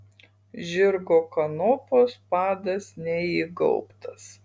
žirgo kanopos padas neįgaubtas